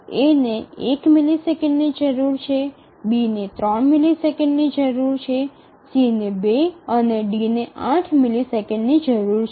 A ને ૧ મિલિસેકન્ડની જરૂર છે B ને ૩ મિલિસેકન્ડની જરૂર છે C ને ૨ અને D ને ૮ મિલિસેકન્ડની જરૂર છે